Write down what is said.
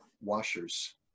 washers